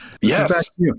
Yes